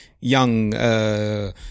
young